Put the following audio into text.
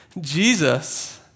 Jesus